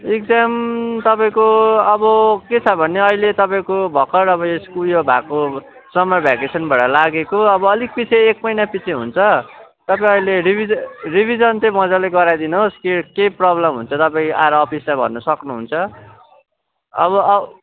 exam तपाईँको अब के छ भने अहिले तपाईँको भर्खर अब स्कुल उयो भएको समर भेकेसन भएर लागेको अब अलिक पिछे एक महिना पिछे हुन्छ तपाईँ अहिले रिभिजन रिभिजन चाहिँ मजाले गराइ दिनुहोस् के केही प्रब्लम हुन्छ तपाईँ आएर अफिसमा भन्न सक्नुहुन्छ अब